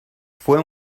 fue